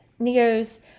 Neos